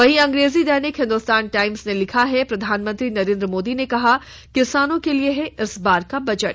वहीं अंग्रेजी दैनिक हिंदुस्तान टाइम्स ने लिखा है प्रधानमंत्री नरेंद्र मोदी ने कहा किसानों के लिए है इस बार का बजट